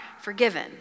forgiven